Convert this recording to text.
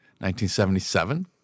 1977